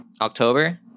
October